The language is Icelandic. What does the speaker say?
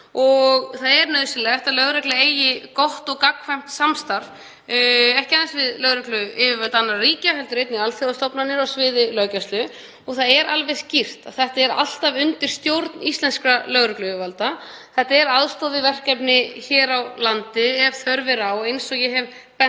og því er nauðsynlegt að lögreglan eigi gott og gagnkvæmt samstarf, ekki aðeins við lögregluyfirvöld annarra ríkja heldur einnig alþjóðastofnanir á sviði löggæslu. En það er alveg skýrt að þetta er alltaf undir stjórn íslenskra lögregluyfirvalda. Þetta er aðstoð við verkefni hér á landi ef þörf er á, eins og ég hef bent